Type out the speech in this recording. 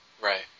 Right